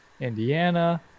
indiana